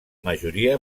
majoria